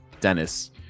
Dennis